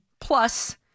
plus